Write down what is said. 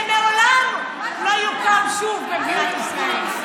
שלעולם לא יוקם שוב במדינת ישראל.